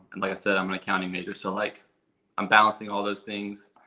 and like i said, i'm an accounting major, so like i'm balancing all those things,